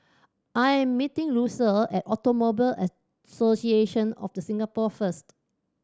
I am meeting Lucille at Automobile Association of The Singapore first